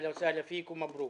ברוך הבא.